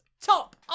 Top